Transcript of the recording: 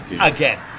again